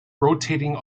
rotating